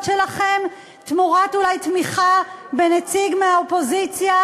שלכם תמורת אולי תמיכה בנציג מהאופוזיציה,